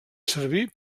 servir